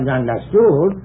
understood